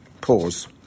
Pause